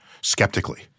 skeptically